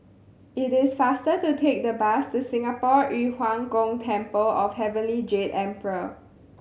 it is faster to take the bus to Singapore Yu Huang Gong Temple of Heavenly Jade Emperor